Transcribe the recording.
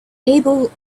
able